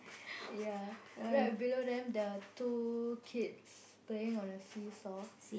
ya right below them the two kids playing on a seesaw